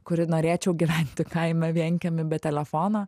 kuri norėčiau gyventi kaime vienkiemy be telefono